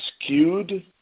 skewed